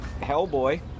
Hellboy